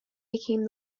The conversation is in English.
became